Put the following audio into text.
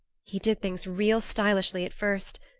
he did things real stylishly at first.